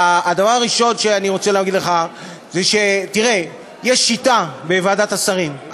הדבר הראשון שאני רוצה להגיד לך זה שיש שיטה בוועדת השרים,